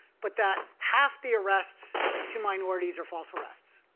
but that half the arrests to minorities are false arrests.